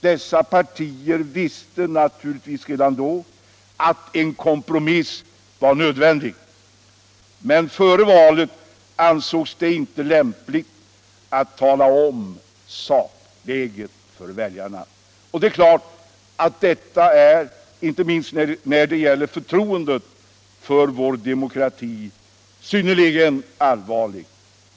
Dessa partier visste naturligtvis redan då att en kompromiss var nödvändig, men före valet ansågs det inte lämpligt att tala om sakläget för väljarna. Det är klart att detta, inte minst när det gäller förtroendet för vår demokrati, är synnerligen allvarligt.